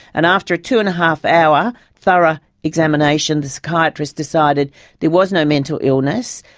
and after a two-and-a-half hour thorough examination, the psychiatrist decided there was no mental illness,